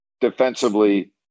defensively